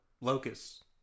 locust